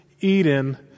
Eden